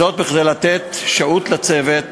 זאת כדי לתת שהות לצוות